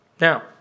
Now